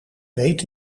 weet